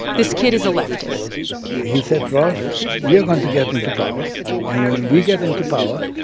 this kid is a leftist he said, rolf, we are going to get into power. and when we get into power,